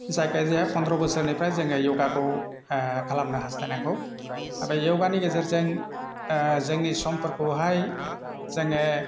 जायखि जाया फन्द्र बोसोरनिफ्राय जोङो योगाखौ खालामनो हास्थायनांगौ दा बे योगानि गेजेरजों जोंनि समफोरखौहाय जोङो